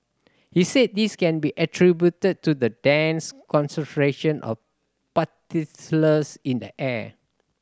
he said this can be attributed to the dense concentration of particles in the air